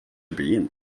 bin